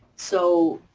so,